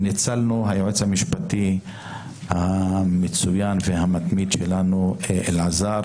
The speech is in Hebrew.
ניצלנו, היועץ המשפטי המצוין והמתמיד שלנו אלעזר